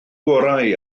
gorau